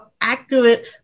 accurate